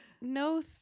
no